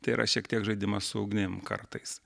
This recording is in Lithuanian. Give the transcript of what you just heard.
tai yra šiek tiek žaidimas su ugnim kartais